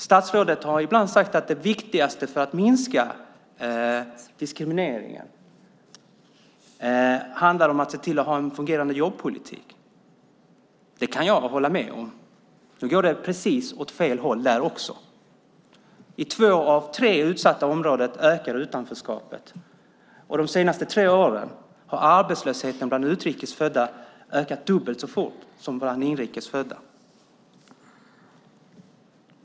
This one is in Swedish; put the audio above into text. Statsrådet har ibland sagt att det viktigaste för att minska diskrimineringen är att ha en fungerande jobbpolitik. Det kan jag hålla med om. Nu går det åt precis fel håll där också. I två av tre utsatta områden ökar utanförskapet. De senaste tre åren har arbetslösheten bland utrikes födda ökat dubbelt så fort som bland inrikes födda.